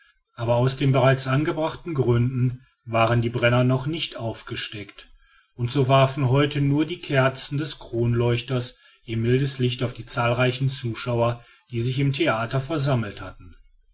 aber aus den bereits angegebenen gründen waren die brenner noch nicht aufgesteckt und so warfen heute nur die kerzen des kronleuchters ihr mildes licht auf die zahlreichen zuschauer die sich im theater versammelt hatten